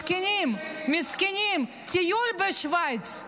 מסכנים, מסכנים, טיול בשווייץ.